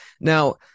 Now